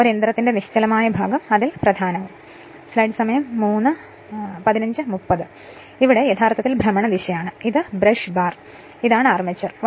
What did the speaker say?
ഒരു യന്ത്രത്തിന്റെ നിശ്ചലമായ ഭാഗമാണ് ഫ്രെയിം അതിൽ പ്രധാനവും ഇത് യഥാർത്ഥത്തിൽ ഭ്രമണ ദിശയാണ് ഇതാണ് ബ്രഷ് ബാർ ഇതാണ് ആർമേച്ചർ